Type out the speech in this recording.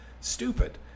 Stupid